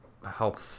Help